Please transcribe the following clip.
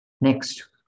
Next